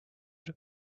but